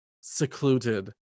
secluded